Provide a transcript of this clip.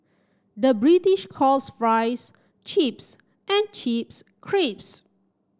the British calls fries chips and chips crisps